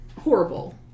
horrible